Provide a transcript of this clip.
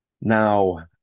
Now